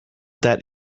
that